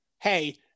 Hey